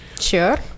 Sure